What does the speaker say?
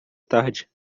tarde